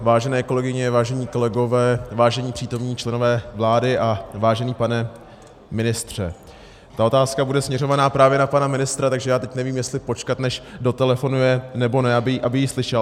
Vážené kolegyně, vážení kolegové, vážení přítomní členové vlády a vážený pane ministře, moje otázka bude směřována právě na pana ministra, takže já teď nevím, jestli počkat, než dotelefonuje, nebo ne, aby ji slyšel.